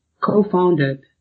co-founded